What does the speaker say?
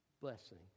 blessing